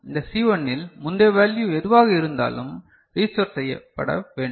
இந்த சி 1 இல் முந்தைய வேல்யு எதுவாக இருந்தாலும் ரீஸ்டோர் செய்யப்பட வேண்டும்